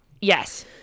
yes